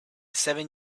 seven